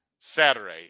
Saturday